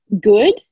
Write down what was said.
good